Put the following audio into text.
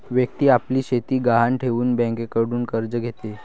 व्यक्ती आपली शेती गहाण ठेवून बँकेकडून कर्ज घेते